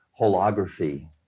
holography